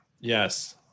Yes